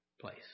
place